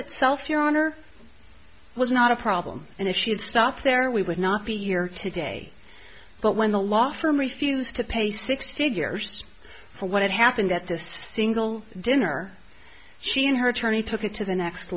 itself your honor it was not a problem and if she had stopped there we would not be year to day but when the law firm refused to pay six figures for what happened at this single dinner she and her attorney took it to the next